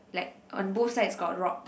like on both side got rock